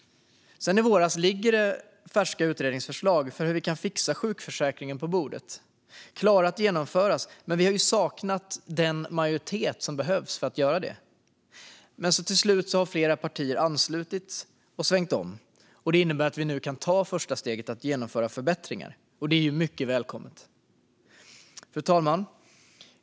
Sedan i våras ligger det på bordet färska utredningsförslag om hur vi kan fixa sjukförsäkringen. De är klara att genomföras, men vi har saknat den majoritet som behövs för att göra det. Till slut har dock flera partier svängt om och anslutit sig. Det innebär att vi nu kan ta första steget för att genomföra förbättringar. Detta är mycket välkommet. Fru talman!